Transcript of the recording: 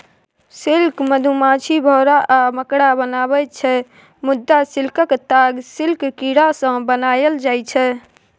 silk मधुमाछी, भौरा आ मकड़ा बनाबै छै मुदा सिल्कक ताग सिल्क कीरासँ बनाएल जाइ छै